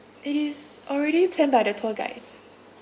it is already planned by the tour guides